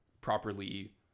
properly